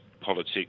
politics